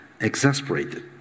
exasperated